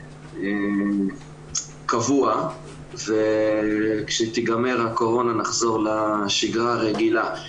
קבוע וכשתיגמר הקורונה נחזור לשגרה הרגילה.